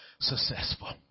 successful